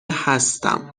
هستم